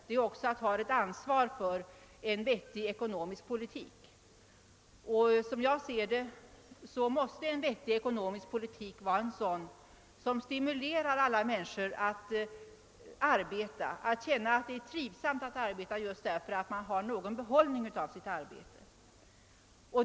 Det är också att ta ansvar för en vettig ekonomisk politik. Som jag ser det måste en vettig ekonomisk politik vara en sådan som stimulerar alla människor att arbeta, att få dem att känna att det är trivsamt att arbeta just därför att de får en behållning av sitt arbete.